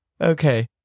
Okay